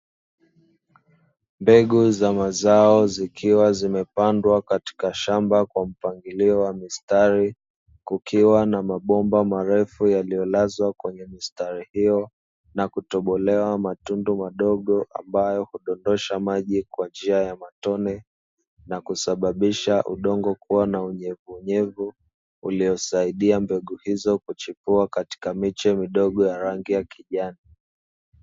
Mbegu za mazao zikiwa zimepandwa katika shamba kwa mpangilio wa mistari kukiwa na mabomba marefu yaliyolazwa kwenye mistari hiyo, na kutobolewa matundu madogo ambayo hudondosha maji kwa njia ya matone na kusababisha udongo kuwa na unyenyevu, uliyosaidia mbegu hizo kuchipuwa katika miche midogo ya rangi ya kijani.